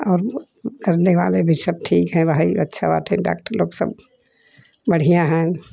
और करने वाले भी सब ठीक है भाई अच्छा बात है डाक्टर लोग सब बढ़िया है